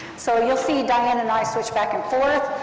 so, you'll see diane and i switch back and forth.